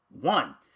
one